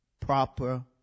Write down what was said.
proper